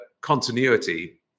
continuity